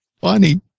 Funny